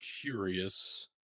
curious